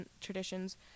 traditions